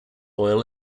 oil